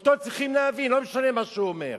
אותו צריכים להבין, לא משנה מה הוא אומר.